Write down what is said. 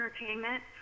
entertainment